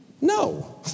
No